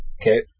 Okay